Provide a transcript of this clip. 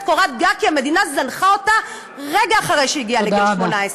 קורת גג כי המדינה זנחה אותה רגע אחרי שהגיעה לגיל 18. תודה רבה.